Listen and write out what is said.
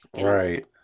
Right